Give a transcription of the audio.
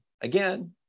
again